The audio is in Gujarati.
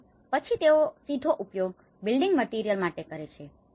અને પછી તેઓ તેનો સીધો ઉપયોગ બિલ્ડીંગ મટીરીયલ માટે કરે છે